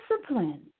discipline